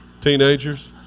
teenagers